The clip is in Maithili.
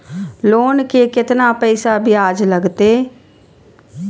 लोन के केतना पैसा ब्याज लागते?